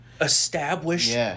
established